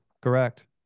Correct